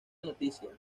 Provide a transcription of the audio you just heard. noticia